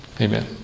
Amen